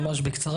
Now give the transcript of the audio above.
ממש בקצרה.